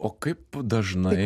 o kaip dažnai